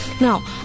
Now